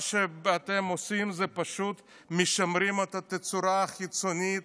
מה שאתם עושים זה פשוט לשמר את התצורה החיצונית,